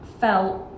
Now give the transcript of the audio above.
felt